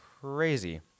crazy